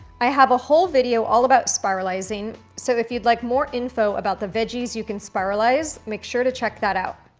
i have a whole video all about spiralizing. so if you'd like more info about the veggies you can spiralize, make sure to check that out.